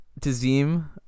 Tazim